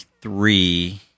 three